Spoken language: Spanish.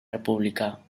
república